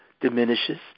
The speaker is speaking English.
diminishes